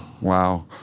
wow